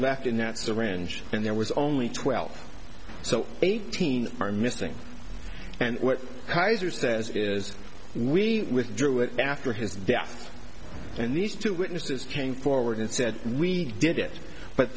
left in that syringe and there was only twelve so eighteen are missing and what kaiser says is we withdrew it after his death and these two witnesses came forward and said we did it but